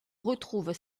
retrouve